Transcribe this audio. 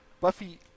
Buffy